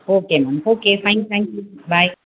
okay ma'am okay fine thank you thank you bye